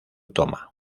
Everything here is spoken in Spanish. toma